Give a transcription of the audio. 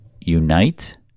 unite